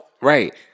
right